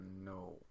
No